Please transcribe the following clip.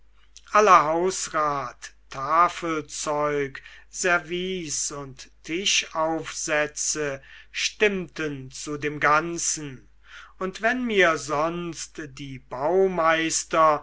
aller hausrat tafelzeug service und tischaufsätze stimmten zu dem ganzen und wenn mir sonst die baumeister